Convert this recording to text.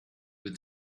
the